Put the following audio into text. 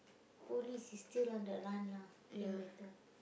police is still on the run lah think better